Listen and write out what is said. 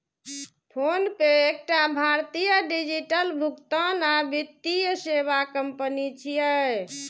PhonePe एकटा भारतीय digital भुगतान आ वित्तीय सेवा कंपनी छियै